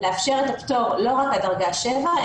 לאפשר את הפטור לא רק עד דרגה 7,